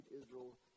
Israel